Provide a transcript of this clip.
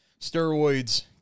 steroids